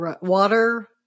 water